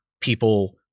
people